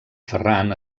ferran